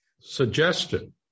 suggested